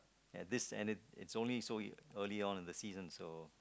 at this end it's only so early on in the season so